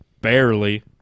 Barely